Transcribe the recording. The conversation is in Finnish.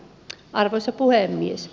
arvoisa puhemies